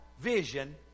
vision